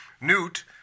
Newt